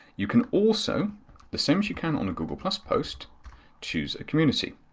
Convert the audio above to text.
you can also the same as you can on a google post post choose a community.